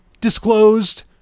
disclosed